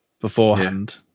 beforehand